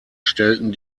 stellten